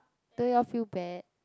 don't you all feel bad